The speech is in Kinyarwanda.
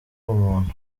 umuntu